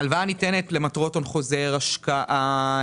ההלוואה ניתנת למטרות הון חוזר, השקעה.